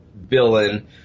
villain